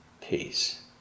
peace